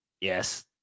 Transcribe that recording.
yes